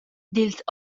dils